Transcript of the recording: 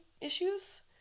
issues